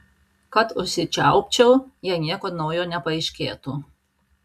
kad užsičiaupčiau jei nieko naujo nepaaiškėtų